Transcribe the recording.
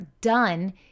Done